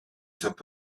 sommes